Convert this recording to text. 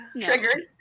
Triggered